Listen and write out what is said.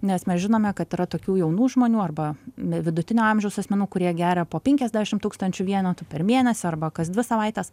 nes mes žinome kad yra tokių jaunų žmonių arba vidutinio amžiaus asmenų kurie geria po penkiasdešimt tūkstančių vienetų per mėnesį arba kas dvi savaites